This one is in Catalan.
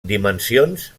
dimensions